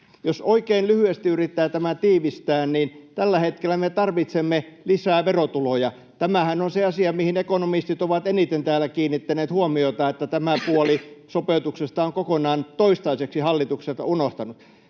Jos oikein lyhyesti yrittää tämän tiivistää, niin tällä hetkellä me tarvitsemme lisää verotuloja. Tämähän on se asia, mihin ekonomistit ovat eniten täällä kiinnittäneet huomiota, että tämä puoli sopeutuksesta on kokonaan, toistaiseksi, hallitukselta unohtunut.